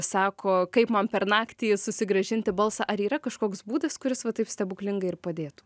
sako kaip man per naktį susigrąžinti balsą ar yra kažkoks būdas kuris va taip stebuklingai ir padėtų